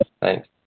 Thanks